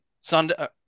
Sunday –